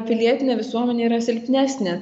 pilietinė visuomenė yra silpnesnė